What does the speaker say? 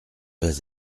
vas